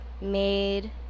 made